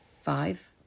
Five